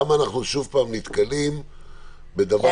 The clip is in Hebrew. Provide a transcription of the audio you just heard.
למה אנחנו שוב נתקלים בדבר כזה?